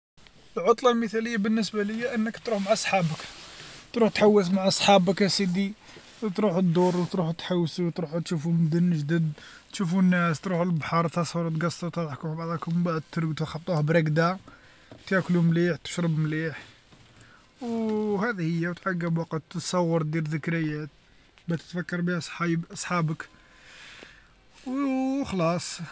العطله المثالي بالنسبه ليا أنك تروح مع صحابك، تروح تحوس مع صحابك ا سيدي، تروحو تدورو وتروحو تحوسو تروحو تشوفو مدن جدد، تشوفو الناس تروحو للبحر تصورو تقصرو تضحكو مع بعضاكم البعض ومن بعد ترقدو، خبطوها برقده، تاكلو مليح، تشرب مليح، و هادي هي، وتعقب وقت تصور دير ذكريات، باه تتفكر بيها صحيب- صحابك و خلاص.